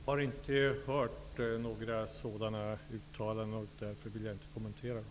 Herr talman! Jag har inte hört några sådana uttalanden, och därför vill jag inte kommentera dem.